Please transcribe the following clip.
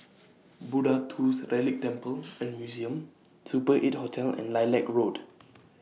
Buddha Tooth Relic Temple and Museum Super eight Hotel and Lilac Road